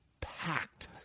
packed